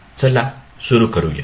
चला सुरू करूया